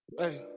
hey